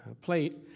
plate